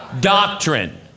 doctrine